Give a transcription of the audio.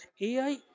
AI